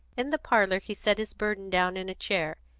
in the parlour he set his burden down in a chair,